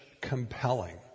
compelling